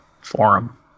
forum